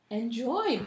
enjoy